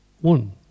one